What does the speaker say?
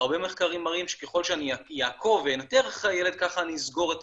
הרבה מחקרים מראים שככל שאני אעקוב ואנטר אחרי הילד ככה אני אסגור את